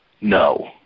no